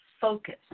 focus